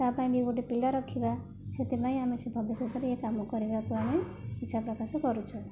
ତା'ପାଇଁ ବି ଗୋଟେ ପିଲା ରଖିବା ସେଥିପାଇଁ ଆମେ ସେ ଭବିଷ୍ୟତରେ ଏ କାମ କରିବାକୁ ଆମେ ଇଚ୍ଛା ପ୍ରକାଶ କରୁଛୁ